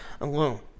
alone